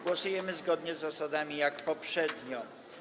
Głosujemy zgodnie z zasadami jak poprzednio.